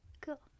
Cool